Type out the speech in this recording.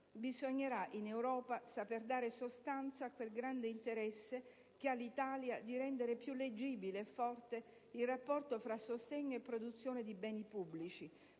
Bisognerà, in Europa, saper dare sostanza a quel grande interesse che ha l'Italia di rendere più leggibile e forte e il rapporto fra sostegno e produzione di beni pubblici,